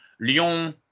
Lyon